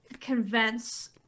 convince